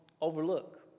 overlook